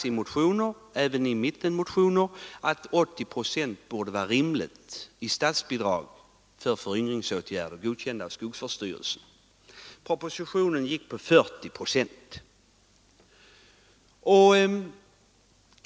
I motionen — även i mittenmotionen — har det sagts att ett statsbidrag som uppgår till 80 procent av kostnaderna för föryngringsåtgärder godkända av skogsvårdsstyrelsen borde vara rimligt. I propositionen föreslogs 40 procent.